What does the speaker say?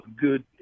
good